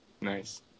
Nice